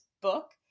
book